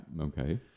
Okay